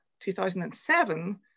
2007